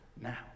now